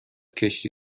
کشتی